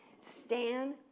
stand